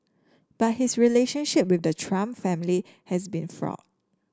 but his relationship with the Trump family has been fraught